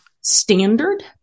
standard